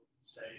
say